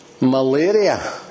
malaria